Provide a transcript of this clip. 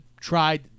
tried